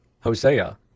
Hosea